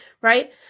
right